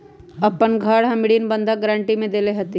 अपन घर हम ऋण बंधक गरान्टी में देले हती